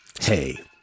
Hey